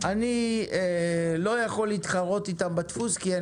אני לא יכול להתחרות איתם בדפוס כי אין